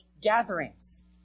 gatherings